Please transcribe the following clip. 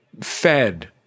fed